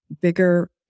bigger